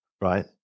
right